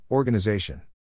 Organization